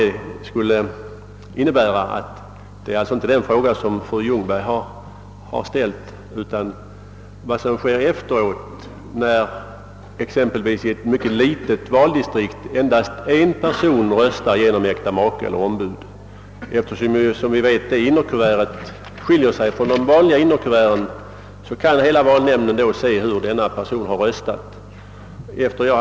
efter röstning; frågan har därför inte samma innebörd som den fröken Ljungberg rest i sin interpellation utan gäller vad som sker efteråt när exempelvis i ett mycket litet valdistrikt endast en person röstar genom äkta make eller ombud. Det innerkuvert som då används skiljer sig ju från de vanliga innerkuverten, och valnämndens samtliga ledamöter kan alltså vid röstsammanrräkningen se hur personen i fråga röstat.